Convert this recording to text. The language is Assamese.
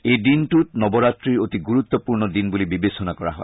এই দিনটো নৱৰাত্ৰিৰ অতি গুৰুত্বপূৰ্ণ দিন বুলি বিবেচনা কৰা হয়